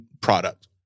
product